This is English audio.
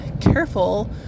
careful